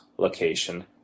location